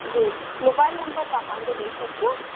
जी mobile number तां पांजो ॾेई छॾ जो